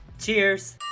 Cheers